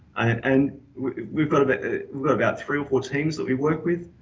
and we've got about three or four teams that we work with.